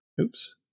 Oops